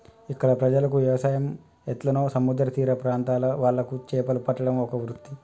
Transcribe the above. ఇక్కడ ప్రజలకు వ్యవసాయం ఎట్లనో సముద్ర తీర ప్రాంత్రాల వాళ్లకు చేపలు పట్టడం ఒక వృత్తి